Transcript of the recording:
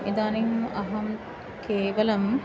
इदानीम् अहं केवलम्